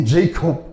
Jacob